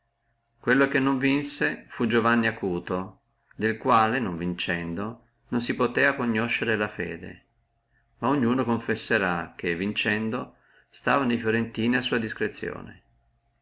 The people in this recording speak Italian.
quello che non vinse fu giovanni aucut del quale non vincendo non si poteva conoscere la fede ma ognuno confesserà che vincendo stavano fiorentini a sua discrezione